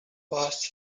was